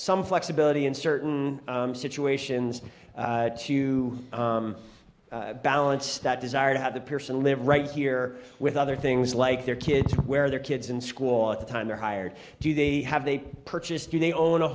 some flexibility in certain situations to balance that desire to have the person live right here with other things like their kids where their kids in school at the time they're hired do they have a purchase do they own a